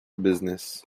business